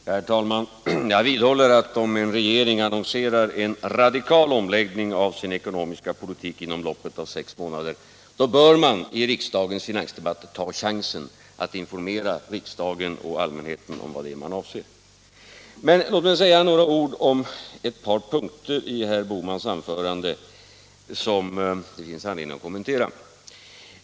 Herr talman! Jag vidhåller att en regering, om den annonserar en radikal omläggning av sin ekonomiska politik inom loppet av sex månader, i riksdagens finansdebatt bör ta chansen att informera riksdagen och allmänheten om vad det är man avser. Låt mig säga några ord om ett par punkter i herr Bohmans anförande, som jag tycker det finns anledning att kommentera.